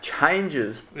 changes